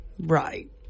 Right